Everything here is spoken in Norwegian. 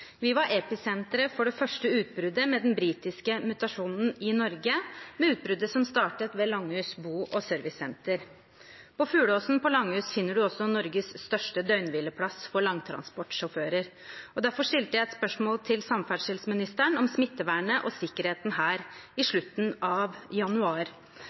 Vi var episenteret for det første utbruddet med den britiske mutasjonen i Norge, med utbruddet som startet ved Langhus bo- og servicesenter. På Fugleåsen på Langhus finner man også Norges største døgnhvileplass for langtransportsjåfører. Derfor stilte jeg et spørsmål til samferdselsministeren om smittevernet og sikkerheten her i slutten av januar.